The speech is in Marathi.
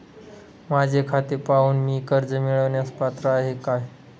माझे खाते पाहून मी कर्ज मिळवण्यास पात्र आहे काय?